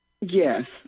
Yes